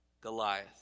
Goliath